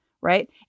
right